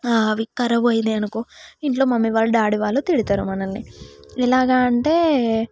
అవి కరాబ్ అయినా అనుకో ఇంట్లో మమ్మీ వాళ్ళు డాడీ వాళ్ళు తిడతారు మనల్ని ఎలాగా అంటే